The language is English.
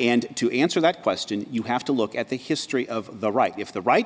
and to answer that question you have to look at the history of the right if the right